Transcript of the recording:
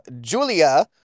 Julia